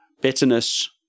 bitterness